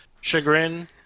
chagrin